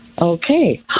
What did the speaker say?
Okay